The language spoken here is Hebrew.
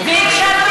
אנחנו.